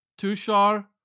Tushar